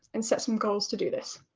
and set some goals to do this.